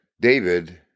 David